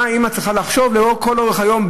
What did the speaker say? מה האימא צריכה לחשוב לכל אורך היום,